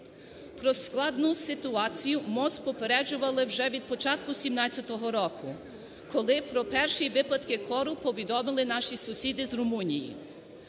Про складну ситуацію МОЗ попереджували вже від початку 2017 року, коли про перші випадки кору повідомили наші сусіди з Румунії.